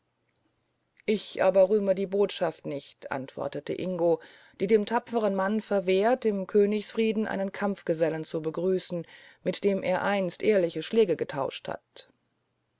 ich aber rühme die botschaft nicht antwortete ingo die dem tapferen manne verwehrt im königsfrieden einen kampfgesellen zu begrüßen mit dem er einst ehrliche schläge getauscht hat